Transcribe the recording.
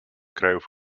krajów